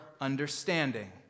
understanding